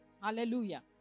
Hallelujah